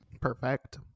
Perfect